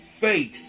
face